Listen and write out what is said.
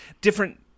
different